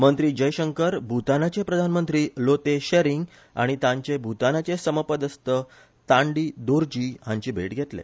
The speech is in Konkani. मंत्री जयशंकर भुतानाचे प्रधानमंत्री लोते शॅरिंग आनी तांचे भुतानाचे समपदस्त तांडी दोर्जी हांची भेट घेतले